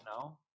no